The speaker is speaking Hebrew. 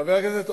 חבר הכנסת אורבך,